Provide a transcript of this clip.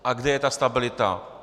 A kde je ta stabilita?